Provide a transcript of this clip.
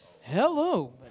hello